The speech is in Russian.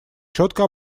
четко